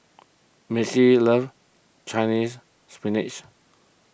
Missie loves Chinese Spinach